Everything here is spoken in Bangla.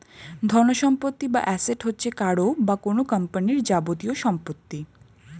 ধনসম্পত্তি বা অ্যাসেট হচ্ছে কারও বা কোন কোম্পানির যাবতীয় সম্পত্তি